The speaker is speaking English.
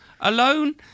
alone